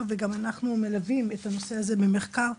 וגם אנחנו מלווים את הנושא הזה ממחקר.